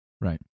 Right